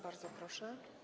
Bardzo proszę.